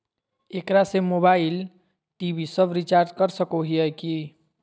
एकरा से mobile TV सब रिचार्ज कर सको हियै की?